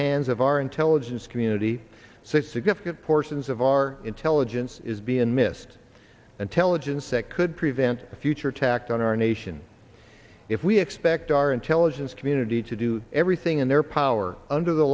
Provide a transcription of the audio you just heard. hands of our intelligence community so significant portions of our intelligence is being missed intelligence that could prevent future attacks on our nation if we expect our intelligence community to do everything in their power under the